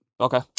Okay